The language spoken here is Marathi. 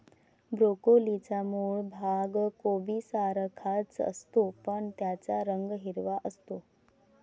ब्रोकोलीचा मूळ भाग कोबीसारखाच असतो, पण त्याचा रंग हिरवा असतो